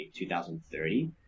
2030